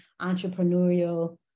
entrepreneurial